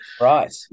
Right